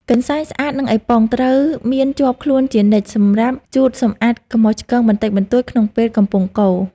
កន្សែងស្អាត និងអេប៉ុង ត្រូវមានជាប់ខ្លួនជានិច្ចសម្រាប់ជូតសម្អាតកំហុសឆ្គងបន្តិចបន្តួចក្នុងពេលកំពុងកូរ។